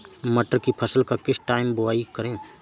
मटर की फसल का किस टाइम बुवाई करें?